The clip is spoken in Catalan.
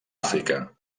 àfrica